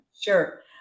Sure